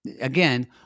again